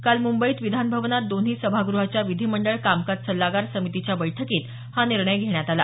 काल मुंबईत विधानभवनात दोन्ही सभागृहाच्या विधिमंडळ कामकाज सल्लागार समितीच्या बैठकीत हा निर्णय घेण्यात आला